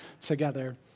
together